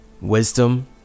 wisdom